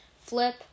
Flip